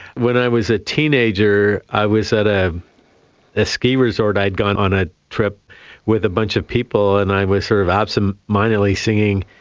when i was a teenager i was at a a ski resort, i'd gone a trip with a bunch of people and i was sort of absentmindedly singing,